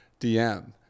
dm